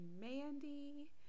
Mandy